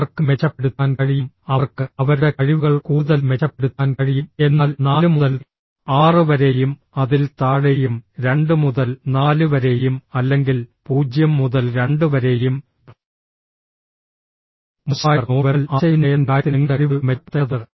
അവർക്ക് മെച്ചപ്പെടുത്താൻ കഴിയും അവർക്ക് അവരുടെ കഴിവുകൾ കൂടുതൽ മെച്ചപ്പെടുത്താൻ കഴിയും എന്നാൽ 4 മുതൽ 6 വരെയും അതിൽ താഴെയും 2 മുതൽ 4 വരെയും അല്ലെങ്കിൽ 0 മുതൽ 2 വരെയും മോശമായവർ നോൺ വെർബൽ ആശയവിനിമയത്തിന്റെ കാര്യത്തിൽ നിങ്ങളുടെ കഴിവുകൾ മെച്ചപ്പെടുത്തേണ്ടതുണ്ട്